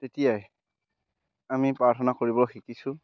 তেতিয়াই আমি প্ৰাৰ্থনা কৰিব শিকিছোঁ